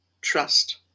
trust